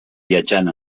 viatjant